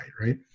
right